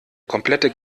komplette